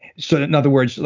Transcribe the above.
so in other words,